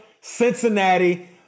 Cincinnati